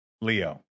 Leo